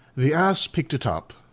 the ass picked it up,